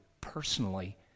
personally